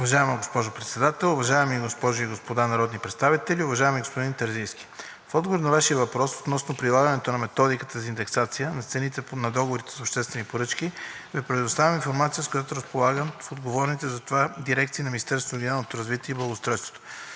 Уважаема госпожо Председател, уважаеми госпожи и господа народни представители! Уважаеми господин Терзийски, в отговор на Вашия въпрос относно прилагането на методиката за индексация на цените на договорите за обществените поръчки Ви предоставям информация, с която разполагам в отговорните за това дирекции на Министерството на регионалното развитие и благоустройството.